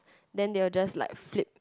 then they will just like flip